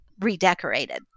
redecorated